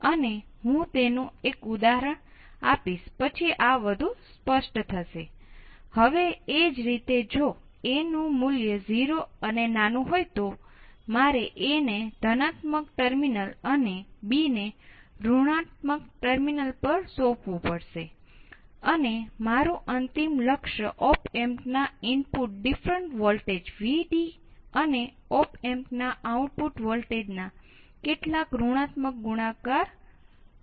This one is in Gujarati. તેથી સ્પષ્ટ રીતે આ એક સારું એમ્પ્લીફાયર ની મર્યાદા સમાન હોય